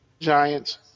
Giants